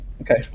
Okay